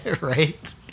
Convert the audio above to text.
right